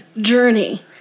Journey